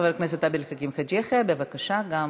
חבר הכנסת עבד אל חכים חאג' יחיא, בבקשה, גם